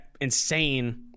insane